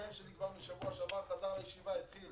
הבן שלי כבר בשבוע שעבר חזר לישיבה, התחילו